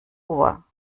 uhr